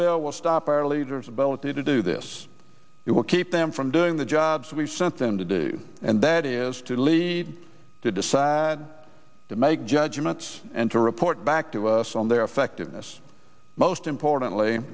below will stop our leaders ability to do this it will keep them from doing the jobs we sent them to do and that is to lead to decide to make judgments and to report back to us on their effectiveness most importantly